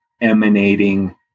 Emanating